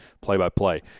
play-by-play